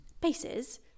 Bases